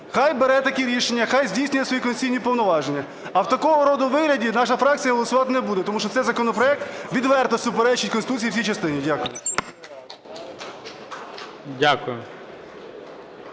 Хай бере такі рішення, хай здійснює свої конституційні повноваження. А в такого роду вигляді наша фракція голосувати не буде, тому що цей законопроект відверто суперечить Конституції в цій частині. Дякую.